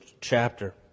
chapter